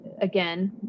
again